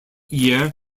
year